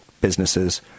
businesses